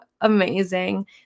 amazing